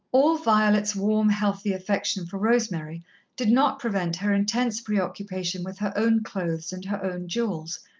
all violet's warm, healthy affection for rosemary did not prevent her intense preoccupation with her own clothes and her own jewels,